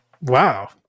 Wow